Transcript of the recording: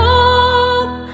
Hope